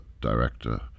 director